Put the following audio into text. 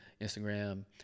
Instagram